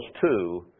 two